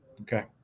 Okay